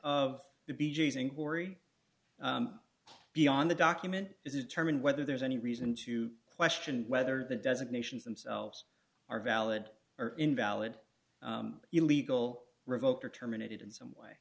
hoary beyond the document is determined whether there's any reason to question whether the designations themselves are valid or invalid illegal revoked or terminated in some way